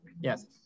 yes